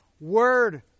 word